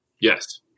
Yes